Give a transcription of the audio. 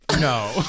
No